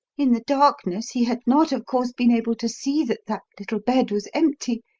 in the darkness he had not, of course, been able to see that that little bed was empty,